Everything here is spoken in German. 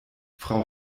frau